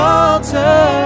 altar